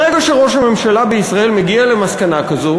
ברגע שראש הממשלה בישראל מגיע למסקנה כזאת,